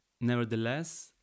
Nevertheless